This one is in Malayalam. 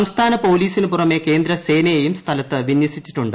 സംസ്ഥാന പോലീസിന് പുറമെ കേന്ദ്ര സേനയെയും സ്ഥലത്ത് വിന്യസിച്ചിട്ടുണ്ട്